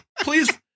Please